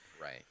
right